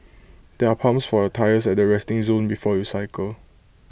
there are pumps for your tyres at the resting zone before you cycle